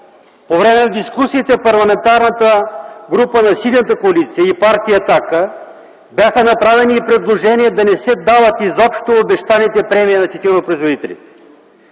По време на дискусията, Парламентарната група на Синята коалиция и партия „Атака” бяха направени и предложения да не се дават изобщо обещаните премии на тютюнопроизводителите.